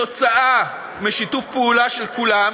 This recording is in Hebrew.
שיתוף פעולה של כולם,